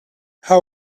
how